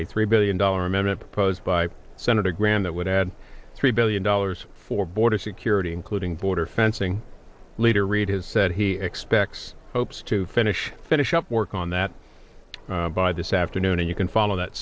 a three billion dollar amendment opposed by senator graham that would add three billion dollars for border security including border fencing leader reid has said he expects hopes to finish finish up work on that by this afternoon and you can follow that